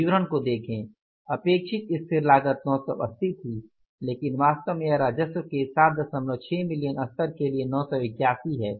विवरण को देखें अपेक्षित स्थिर लागत 980 थी लेकिन वास्तव में यह राजस्व के 76 मिलियन स्तर के लिए 981 है